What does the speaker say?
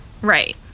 Right